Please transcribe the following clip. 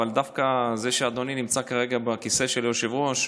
אבל דווקא זה שאדוני נמצא כרגע בכיסא של היושב-ראש,